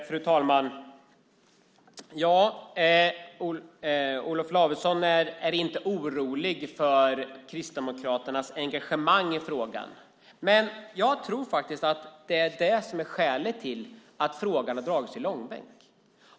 Fru talman! Olof Lavesson är inte orolig för Kristdemokraternas engagemang i frågan. Men jag tror att det är det som är skälet till att frågan har dragits i långbänk.